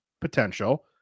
potential